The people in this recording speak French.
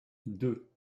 deux